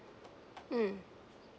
mm